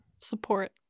support